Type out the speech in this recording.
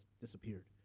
disappeared